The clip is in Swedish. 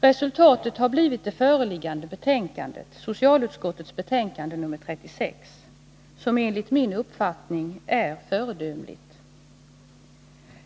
Resultatet har blivit det föreliggande betänkandet nr 36, som enligt min uppfattning är föredömligt.